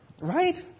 Right